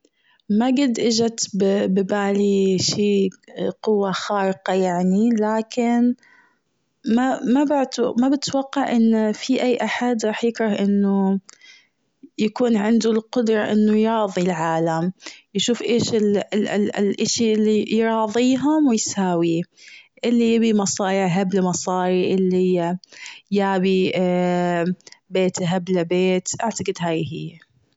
ما جد إجت ب-بالي شي قوة خارقة يعني لكن ما-ما بتو-ما بتوقع أنه في أي أحد راح يكره أنه يكون عنده القدرة أنه يرضي العالم يشوف ايش الاشي اللي يراضيهم اللي يبي مصاري يهب له مصاي اللي يابي بيت يهب له بيت أعتقد هاي هي.